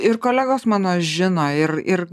ir kolegos mano žino ir ir